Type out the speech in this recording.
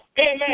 Amen